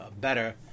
better